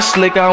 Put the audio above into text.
Slick